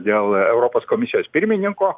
dėl europos komisijos pirmininko